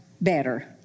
better